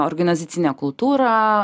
organizacinę kultūrą